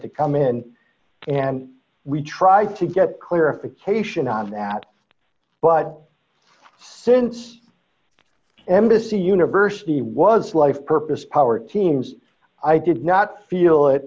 to come in and we tried to get clarification on that but since embassy university was life purpose power teams i did not feel it